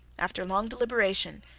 after long deliberation,